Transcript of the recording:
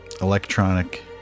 Electronic